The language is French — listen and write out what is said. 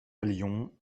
allions